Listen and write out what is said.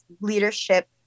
leadership